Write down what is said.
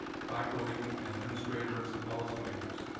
faculty, and administrators and policymakers.